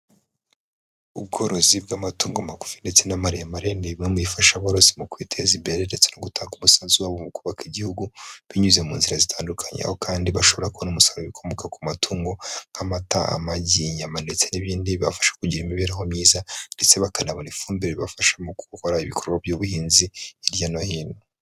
Ubworozi bw'amatungo magufi ndetse n'amaremare nibimwe mubifasha aborozi mu kwiteza imbere ndetse no gutanga umusanzu wabo mu kubaka igihugu binyuze mu nzira zitandukanye, aho kandi bashobora kubona umusaruro ukokomoka ku matungo nk'amata, amagi, inyama ndetse n'ibindi bifasha kugira imibereho myiza ndetse bakanabona ifumbire ibafasha mu gukora ibikorwa by'ubuhinzi hirya no hino.